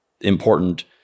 important-